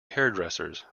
hairdressers